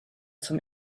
zum